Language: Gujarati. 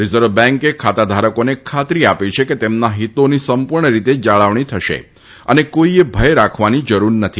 રિઝર્વ બેંકે ખાતાધારકોને ખાતરી આપી છે કે તેમના હિતોની સંપૂર્ણ રીતે જાળવણી થશે અને કોઈએ ભય રાખવાની જરૂર નથી